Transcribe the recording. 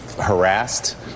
Harassed